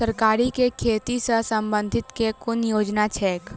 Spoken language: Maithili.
तरकारी केँ खेती सऽ संबंधित केँ कुन योजना छैक?